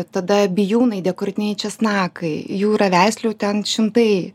tada bijūnai dekoratyviniai česnakai jų yra veislių ten šimtai